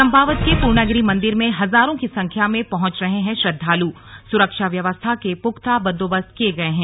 चंपावत के पूर्णागिरी मंदिर में हजारों की संख्या में पहुंच रहे हैं श्रद्वालुसुरक्षा व्यवस्था के पुख्ता बंदोबस्त किये गए हैं